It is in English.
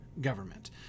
government